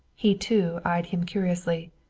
he, too, eyed him curiously.